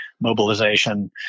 mobilization